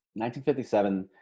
1957